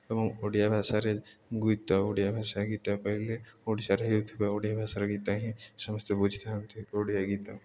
ଏବଂ ଓଡ଼ିଆ ଭାଷାରେ ଗୀତ ଓଡ଼ିଆ ଭାଷା ଗୀତ କହିଲେ ଓଡ଼ିଶାରେ ହେଉଥିବା ଓଡ଼ିଆ ଭାଷାର ଗୀତ ହିଁ ସମସ୍ତେ ବୁଝିଥାନ୍ତି ଓଡ଼ିଆ ଗୀତ